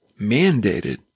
mandated